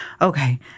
okay